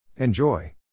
Enjoy